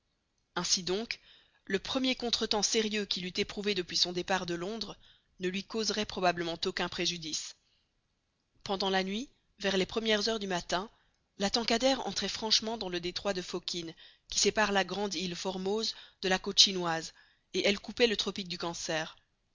ainsi donc le premier contretemps sérieux qu'il eût éprouvé depuis son départ de londres ne lui causerait probablement aucun préjudice pendant la nuit vers les premières heures du matin la tankadère entrait franchement dans le détroit de fo kien qui sépare la grande île formose de la côte chinoise et elle coupait le tropique du cancer